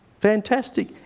Fantastic